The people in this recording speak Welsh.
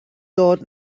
dod